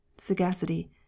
sagacity